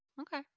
Okay